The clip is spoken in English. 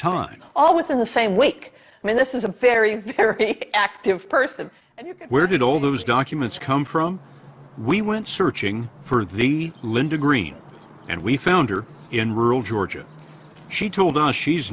time all within the same week i mean this is a very active person and where did all those documents come from we went searching for the linda green and we found her in rural georgia she told us she's